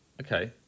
okay